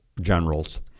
generals